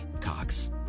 Cox